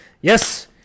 Yes